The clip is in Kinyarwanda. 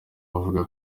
abavuga